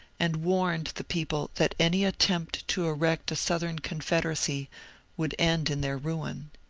and warned the people that any attempt to erect a southern confederacy would end in their ruin.